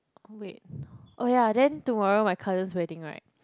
oh wait oh ya then tomorrow my cousin's wedding right